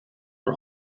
are